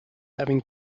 having